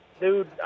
dude